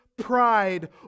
pride